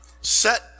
set